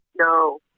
No